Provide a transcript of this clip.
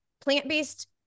Plant-based